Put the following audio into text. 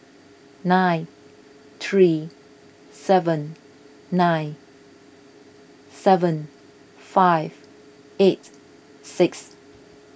nine three seven nine seven five eight six